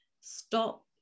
stop